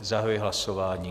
Zahajuji hlasování.